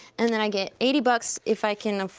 and then i get eighty bucks if i can, ah